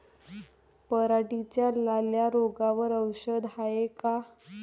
पराटीच्या लाल्या रोगावर औषध हाये का?